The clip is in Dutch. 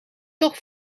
toch